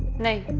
name.